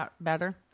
Better